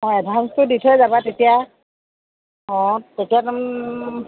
অ এডভাঞ্চটো দি থৈ যাবা তেতিয়া অ তেতিয়া